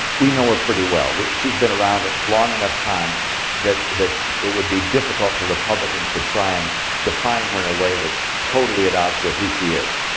we know her pretty well. she's been around a long enough time that that it would be difficult for republicans to try and define her in a way that's totally at odds with who she is.